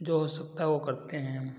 जो हो सकता है वो करते हैं हम